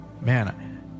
Man